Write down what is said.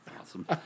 Awesome